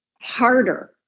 harder